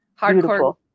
Hardcore